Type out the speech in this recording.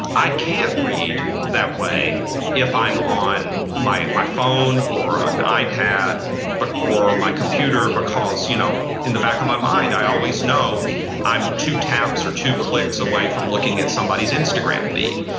i can't read that way if i'm on my my phone or an ipad but or my computer because you know in the back of my mind i always know i'm two taps or two clicks away from looking at somebody's instagram feed.